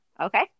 Okay